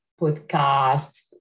podcasts